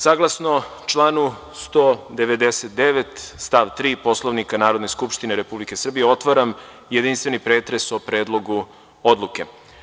Saglasno članu 192. stav 3. Poslovnika Narodne skupštine RS, otvaram jedinstveni pretres o Predlogu odluke.